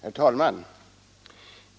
Herr talman!